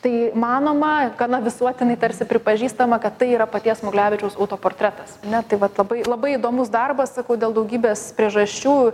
tai manoma kad na visuotinai tarsi pripažįstama kad tai yra paties smuglevičiaus autoportretas ne tai vat labai labai įdomus darbas sakau dėl daugybės priežasčių